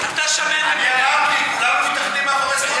אני אמרתי: כולנו מאחורי סמוטריץ.